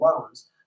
loans